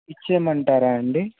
ఇచ్చేయమంటారా అండి